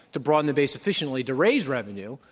to broaden the base sufficiently, to raise revenue.